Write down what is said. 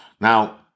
now